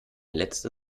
letzte